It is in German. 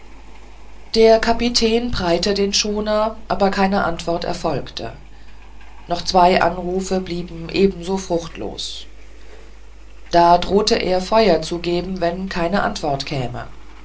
der kapitän preite den schoner aber keine antwort erfolgte noch zwei anrufungen blieben ebenso fruchtlos da drohte er feuer zu geben wenn keine antwort käme